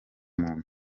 muntu